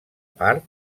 part